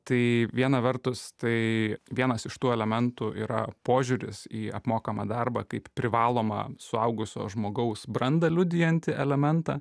tai viena vertus tai vienas iš tų elementų yra požiūris į apmokamą darbą kaip privalomą suaugusio žmogaus brandą liudijanti elementą